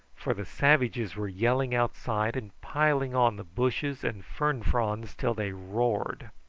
for the savages were yelling outside and piling on the bushes and fern fronds till they roared.